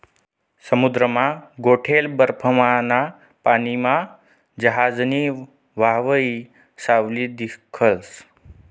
समुद्रमा गोठेल बर्फमाना पानीमा जहाजनी व्हावयी सावली दिखस